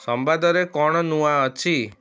ସମ୍ବାଦରେ କଣ ନୂଆ ଅଛି